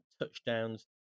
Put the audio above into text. touchdowns